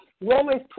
Romans